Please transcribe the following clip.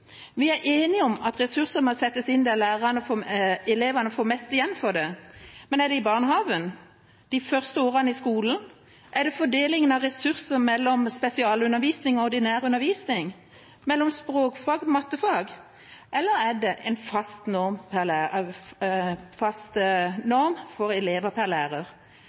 Vi er enige om at ressursene må settes inn der elevene får mest igjen for det. Men er det i barnehagen, eller er det i de første årene i skolen? Handler det om fordelinga av ressurser til spesialundervisning og til ordinær undervisning, eller til språkfag og til mattefag? Eller handler det om en fast norm for antall elever per